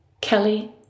Kelly